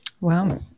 wow